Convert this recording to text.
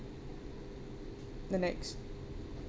the next